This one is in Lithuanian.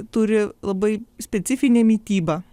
turi labai specifinę mitybą